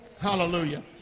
Hallelujah